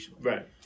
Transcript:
Right